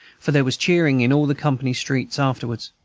for there was cheering in all the company-streets afterwards.